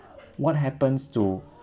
what happened to